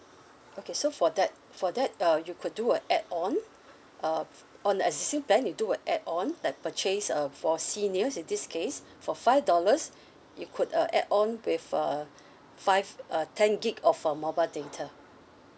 okay so for that for that uh you could do a add on uh on the existing plan you do a add on like purchase uh for seniors in this case for five dollars you could uh add on with uh five uh ten gig of uh mobile data